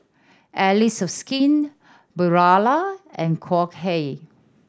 Allies of Skin Barilla and Wok Hey